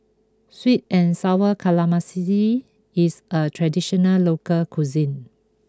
Sweet and Sour Calamari is a traditional local cuisine